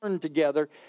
together